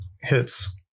hits